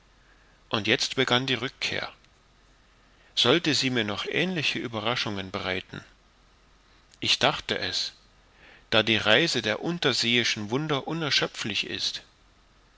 und jetzt begann die rückkehr sollte sie mir noch ähnliche ueberraschungen bereiten ich dachte es da die reihe der unterseeischen wunder unerschöpflich ist